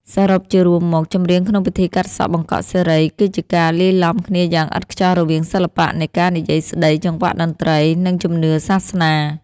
សរុបជារួមមក ចម្រៀងក្នុងពិធីកាត់សក់បង្កក់សិរី គឺជាការលាយឡំគ្នាយ៉ាងឥតខ្ចោះរវាងសិល្បៈនៃការនិយាយស្តី ចង្វាក់តន្ត្រី និងជំនឿសាសនា។